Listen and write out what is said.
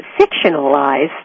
fictionalized